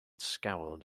scowled